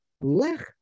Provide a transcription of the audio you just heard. Lech